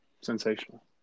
Sensational